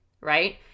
right